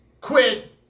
quit